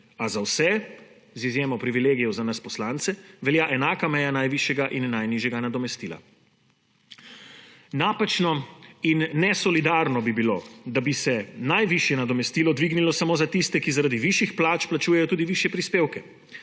a za vse, z izjemo privilegijev za nas poslance, velja enaka meja najvišjega in najnižjega nadomestila. Napačno in nesolidarno bi bilo, da bi se najvišje nadomestilo dvignilo samo za tiste, ki zaradi višjih plač plačujejo tudi višje prispevke,